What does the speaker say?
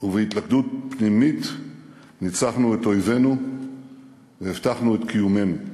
ובהתלכדות פנימית ניצחנו את אויבינו והבטחנו את קיומנו.